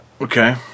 Okay